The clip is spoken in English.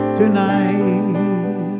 tonight